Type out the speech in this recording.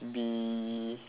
be